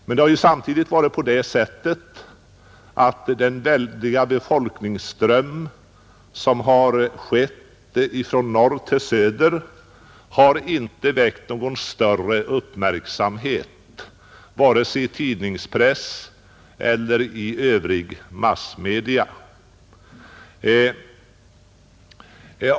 Men det har samtidigt varit på det sättet att den väldiga befolkningsström som gått från norr till söder inte väckt någon större uppmärksamhet vare sig i tidningspressen eller i övriga massmedia.